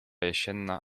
jesienna